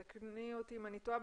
תקני אותי אם אני טועה,